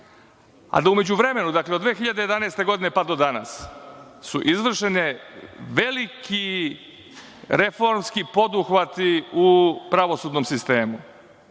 a da su u međuvremenu, od 2011. godine do danas, izvršeni veliki reformski poduhvati u pravosudnom sistemu.